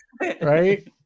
right